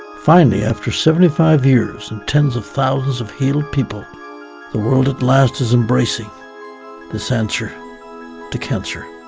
finally, after seventy five years and tens of thousands of healed people the world at last is embracing this answer to cancer.